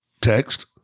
text